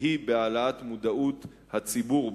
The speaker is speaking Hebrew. היא בהעלאת מודעות הציבור,